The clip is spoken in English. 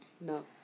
No